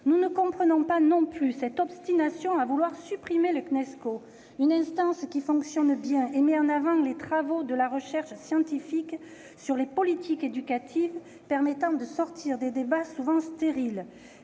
Nous ne comprenons pas non plus l'obstination à vouloir supprimer le Cnesco, car cette instance fonctionne bien. En mettant en avant les travaux de la recherche scientifique sur les politiques éducatives, elle permet de sortir de débats souvent stériles.